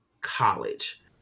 college